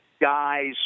guys